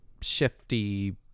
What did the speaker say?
shifty